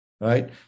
right